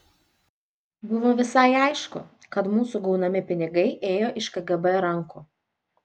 buvo visai aišku kad mūsų gaunami pinigai ėjo iš kgb rankų